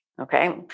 okay